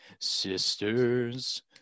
sisters